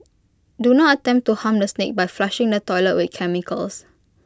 do not attempt to harm the snake by flushing the toilet with chemicals